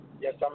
Yes